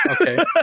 Okay